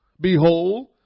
Behold